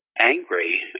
angry